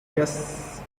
yes